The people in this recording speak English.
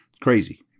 crazy